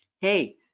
Hey